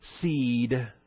seed